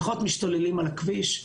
משתוללים פחות על הכביש.